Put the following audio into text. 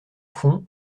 fond